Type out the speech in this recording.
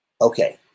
Okay